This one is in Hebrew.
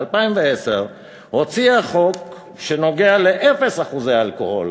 ב-2010 הוציאה חוק שנוגע לאפס אחוזי אלכוהול.